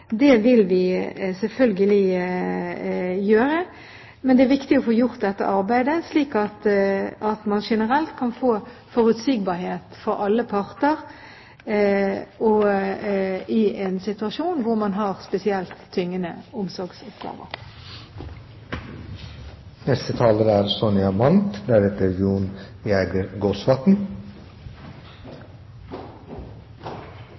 det vil vi selvfølgelig gjøre. Men det er viktig å få gjort dette arbeidet, slik at man generelt kan få forutsigbarhet for alle parter i en situasjon hvor man har spesielt tyngende